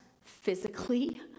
physically